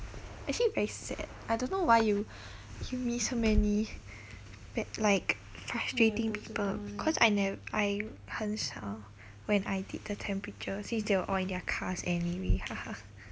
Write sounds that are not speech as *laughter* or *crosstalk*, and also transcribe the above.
actually very sad I don't know why you *breath* you meet so many *breath* bad like frustrating people cause I ne~ I 很少 when I did the temperature since they were all in their cars anyway *laughs*